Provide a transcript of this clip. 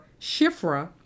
Shifra